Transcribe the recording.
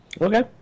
Okay